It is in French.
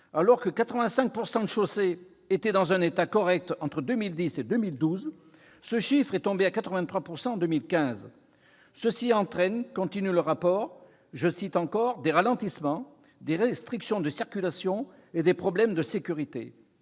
plus de 85 % de chaussées étaient dans un état correct entre 2010 et 2012, ce chiffre est tombé à 83 % en 2015 », ce qui entraîne « des ralentissements, des restrictions de circulation et des problèmes de sécurité ».